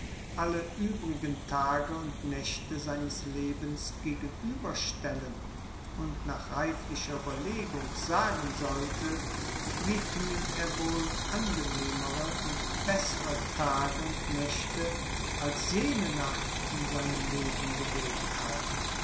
alle übrigen tage und nächte seines lebens gegenüberstellen und nach reiflicher überlegung sagen sollte wieviel er wohl angenehmere und bessere tage und nächte als jene nacht in seinem leben gelebt hat